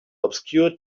obscure